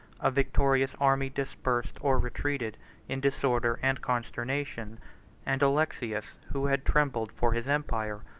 a victorious army dispersed or retreated in disorder and consternation and alexius, who had trembled for his empire,